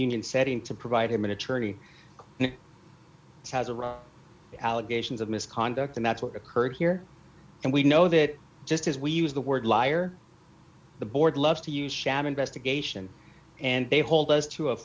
union setting to provide him an attorney and has a right allegations of misconduct and that's what occurred here and we know that just as we use the word liar the board loves to use shadow investigation and they hold us to a